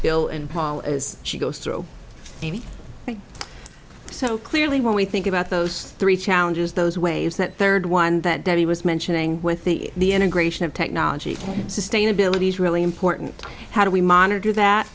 bill and paul is she goes through so clearly when we think about those three challenges those waves that third one that he was mentioning with the integration of technology sustainability is really important how do we monitor that